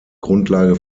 grundlage